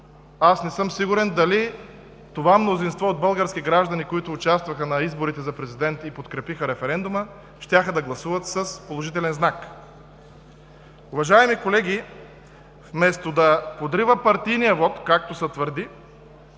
не съм сигурен дали мнозинството от български граждани, които участваха в изборите за президент и подкрепиха референдума, щяха да гласуват с положителен знак? Уважаеми колеги, вместо да подрива партийния вот, както се твърди,